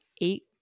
eight